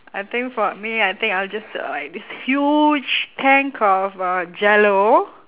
I think for me I think I'll just uh like this huge tank of uh Jell-O